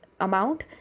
amount